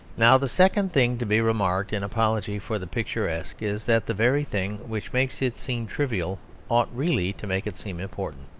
now the second thing to be remarked in apology for the picturesque is, that the very thing which makes it seem trivial ought really to make it seem important